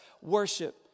worship